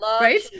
right